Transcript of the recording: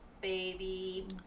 baby